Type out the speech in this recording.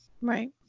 right